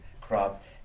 crop